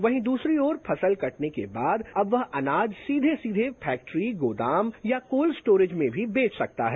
वहीं दूसरी ओर फसल कटने के बाद अब वह आनाज सीधे सीधे फैक्टरी गोदाम या कोल्ड स्टोरेज में भी बेच सकता है